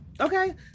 Okay